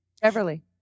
Beverly